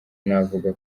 navuga